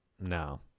No